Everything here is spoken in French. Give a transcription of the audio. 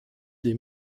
des